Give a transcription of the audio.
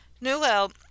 Noel